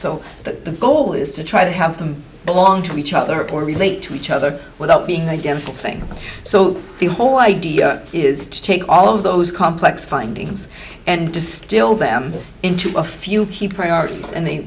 so the goal is to try to have them belong to each other or relate to each other without being identical thing so the whole idea is to take all of those complex findings and distill them into a few key priorities and they